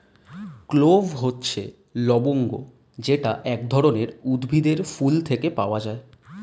clove হচ্ছে লবঙ্গ যেটা এক ধরনের উদ্ভিদের ফুল থেকে পাওয়া